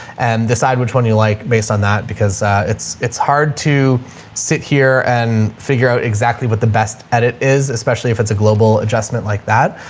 and decide which one you like based on that. because it's, it's hard to sit here and figure out exactly what the best edit is, especially if it's a global adjustment like that.